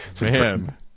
Man